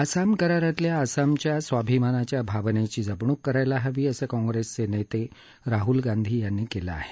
आसाम करारातल्या आसामच्या स्वाभिमानाच्या भावनेची जपणूक करायला हवी असं काँप्रेस नेते राहूल गांधी यांनी केलं आहे